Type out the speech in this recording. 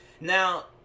Now